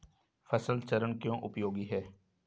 फसल चरण क्यों उपयोगी है?